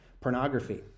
pornography